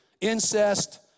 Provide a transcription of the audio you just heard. Incest